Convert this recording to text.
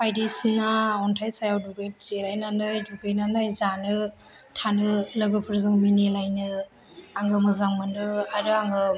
बायदिसिना अन्थाइ सायाव जिरायनानै दुगैनानै जानो थानो लोगोफोरजों मिनिलायनो आङो मोजां मोनो आरो आङो